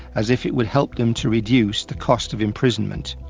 as if it would help them to reduce the cost of imprisonment.